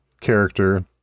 character